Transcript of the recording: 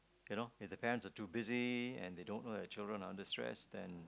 you know if the parents are too busy and they don't know their children are under stress then